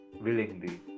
willingly